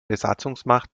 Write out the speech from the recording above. besatzungsmacht